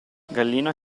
gallina